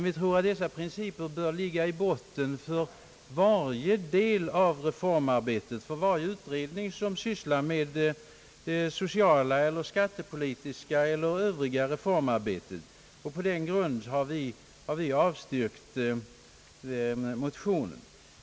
Vi anser att dessa principer bör ligga i botten för varje del av reformarbetet, för varje utredning som sysslar med det sociala, det skattepolitiska eller övriga reformarbetet. På denna grund har utskottet avstyrkt motionen.